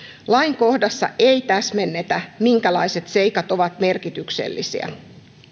lainkohdassa ei täsmennetä minkälaiset seikat ovat merkityksellisiä